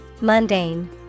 Mundane